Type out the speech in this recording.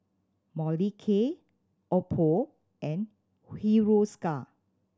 Molicare Oppo and Hiruscar